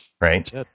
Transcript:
right